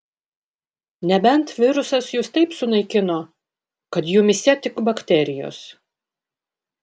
nebent virusas jus taip sunaikino kad jumyse tik bakterijos